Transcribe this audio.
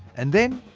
and then,